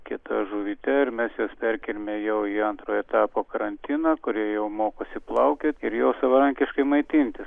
kieta žuvyte ir mes juos perkėlėme jau antro etapo karantiną kur jie jau mokosi plaukioti ir jau savarankiškai maitintis